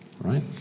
right